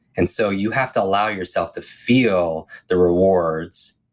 and so you have to allow yourself to feel the rewards,